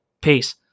Peace